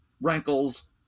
rankles